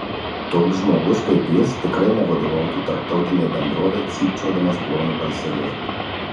toks žmogus kaip jis tikrai nevadovautų tarptautinei bendrovei cypčiodamas plonu balseliu